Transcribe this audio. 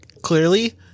clearly